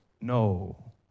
No